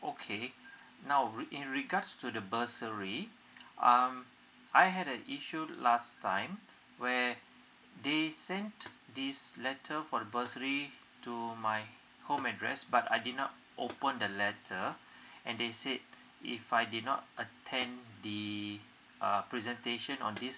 okay now wi~ in regards to the bursary um I had an issue last time where they sent this letter for the bursary to my home address but I did not open the letter and they said if I did not attend the uh presentation on this